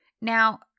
now